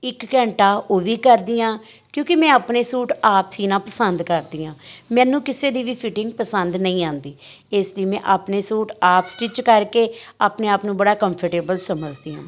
ਇਕ ਘੰਟਾ ਉਹ ਵੀ ਕਰਦੀ ਆਂ ਕਿਉਂਕਿ ਮੈਂ ਆਪਣੇ ਸੂਟ ਆਪ ਸੀਣਾ ਪਸੰਦ ਕਰਦੀ ਹਾਂ ਮੈਨੂੰ ਕਿਸੇ ਦੀ ਵੀ ਫਿਟਿੰਗ ਪਸੰਦ ਨਹੀਂ ਆਉਂਦੀ ਇਸ ਲਈ ਮੈਂ ਆਪਣੇ ਸੂਟ ਆਪ ਸਟਿੱਚ ਕਰਕੇ ਆਪਣੇ ਆਪ ਨੂੰ ਬੜਾ ਕੰਫਰਟੇਬਲ ਸਮਝਦੀ ਹਾਂ